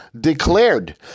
declared